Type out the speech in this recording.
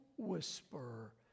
whisper